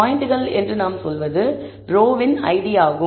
பாயிண்ட்கள் என்று நான் சொல்வது ரோ idஐடி களாகும்